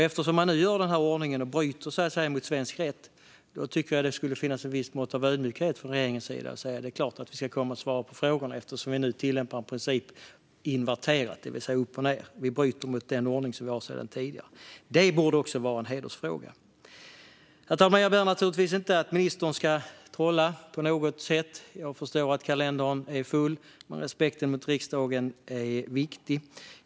Eftersom man nu gör det i denna ordning och därmed bryter mot svensk rätt tycker jag att det borde finnas ett visst mått av ödmjukhet hos regeringen. Man borde säga: Det är klart att vi ska komma och svara på frågorna, eftersom vi nu tillämpar en princip inverterat, det vill säga upp och ned. Vi bryter mot den ordning som finns sedan tidigare. Det borde också vara en hedersfråga. Herr talman! Jag ber inte ministern att trolla på något sätt. Jag förstår att kalendern är full. Men respekten mot riksdagen är viktig.